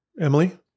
Emily